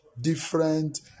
different